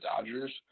Dodgers